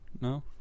No